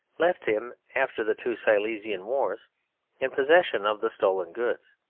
left him after the two silesian wars in possession of the stolen goods.